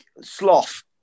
sloth